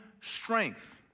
strength